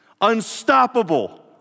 unstoppable